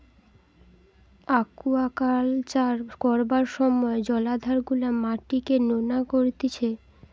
aquaculture করবার সময় জলাধার গুলার মাটিকে নোনা করতিছে